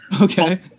Okay